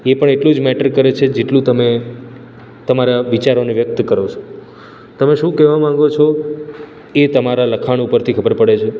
એ પણ એટલું જ મેટર કરે છે જેટલું તમે તમારા વિચારોને વ્યક્ત કરો છો તમે શું કહેવા માંગો છો એ તમારા લખાણ ઉપરથી ખબર પડે છે